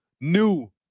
new